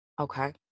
Okay